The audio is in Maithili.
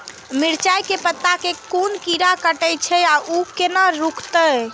मिरचाय के पत्ता के कोन कीरा कटे छे ऊ केना रुकते?